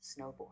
snowboard